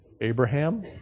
Abraham